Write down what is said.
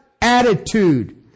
attitude